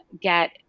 get